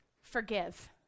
forgive